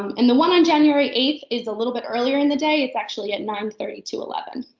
um and the one on january eighth is a little bit earlier in the day, it's actually at nine thirty to eleven.